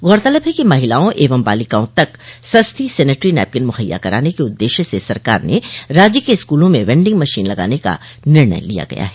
गौरतलब है कि महिलाओं एवं बालिकाओं तक सस्ती सेनिटरी नैपकिन मुहैया कराने के उद्देश्य से सरकार ने राज्य के स्कूलों में वेंडिंग मशीन लगाने का निर्णय लिया गया है